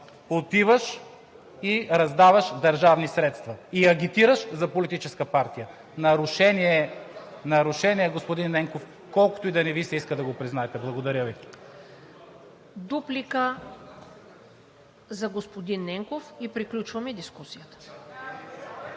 отиваш и раздаваш държавни средства, и агитираш за политическа партия. Нарушение е, господин Ненков, колкото и да не Ви се иска да го признаете. Благодаря Ви. ПРЕДСЕДАТЕЛ ТАТЯНА ДОНЧЕВА: Дуплика за господин Ненков и приключваме дискусията.